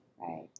Right